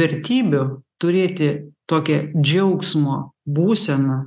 vertybių turėti tokią džiaugsmo būseną